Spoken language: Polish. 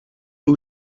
był